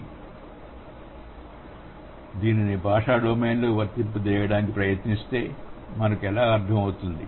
మేము దానిని భాషా డొమైన్లో వర్తింపజేయడానికి ప్రయత్నిస్తే మనకు ఎలా అర్థం అవుతుంది